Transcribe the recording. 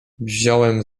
wziąłem